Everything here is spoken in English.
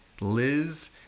Liz